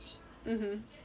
mmhmm